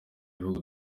bihugu